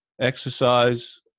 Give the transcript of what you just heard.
exercise